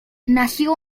nació